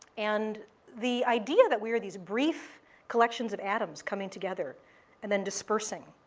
and the idea that we are these brief collections of atoms coming together and then dispersing,